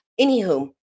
Anywho